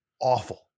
Awful